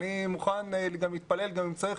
אני מוכן גם להתפלל אם צריך,